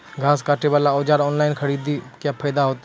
घास काटे बला औजार ऑनलाइन खरीदी फायदा होता?